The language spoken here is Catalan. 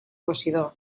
posidó